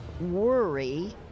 worry